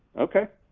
okay.